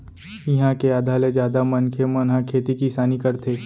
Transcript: इहाँ के आधा ले जादा मनखे मन ह खेती किसानी करथे